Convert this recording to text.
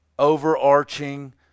overarching